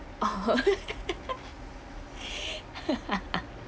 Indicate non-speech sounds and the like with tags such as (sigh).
oh (laughs)